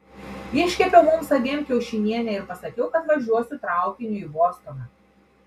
iškepiau mums abiem kiaušinienę ir pasakiau kad važiuosiu traukiniu į bostoną